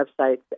websites